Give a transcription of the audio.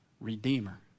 Redeemer